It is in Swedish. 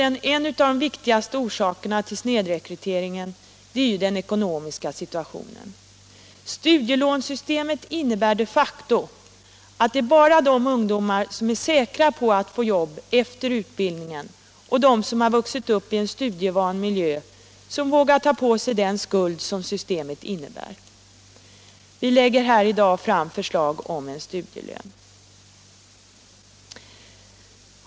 En av de viktigaste orsakerna till snedrekryteringen är slutligen den ekonomiska situationen. Studielånesystemet innebär de facto att det bara är de ungdomar som är säkra på att få jobb efter utbildningen och de som vuxit upp i en studievan miljö som vågar ta på sig den skuld systemet innebär. Vi lägger i dag fram förslag om en studielön.